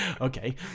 Okay